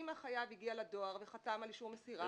אם החייב הגיע לדואר וחתם על אישור מסירה,